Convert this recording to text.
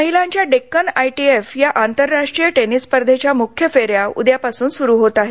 महिलांच्या डेक्कन आयटीएफ या आंतरराष्ट्रीय टेनिस स्पर्धेंच्या मुख्य फेऱ्या उद्यापासून सुरू होत आहे